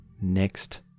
next